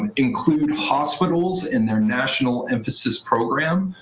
and include hospitals and their national emphasis program.